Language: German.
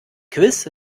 quiz